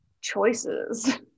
choices